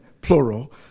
plural